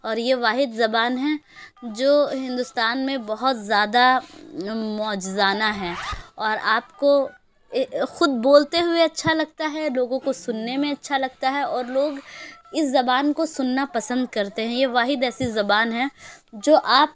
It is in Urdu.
اور یہ واحد زبان ہیں جو ہندوستان میں بہت زیادہ معجزانہ ہیں اور آپ کو خود بولتے ہوئے اچھا لگتا ہے لوگوں کو سننے میں اچھا لگتا ہے اور لوگ اس زبان کو سننا پسند کرتے ہیں یہ واحد ایسی زبان ہے جو آپ